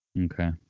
Okay